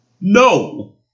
No